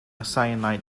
cyanide